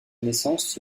naissance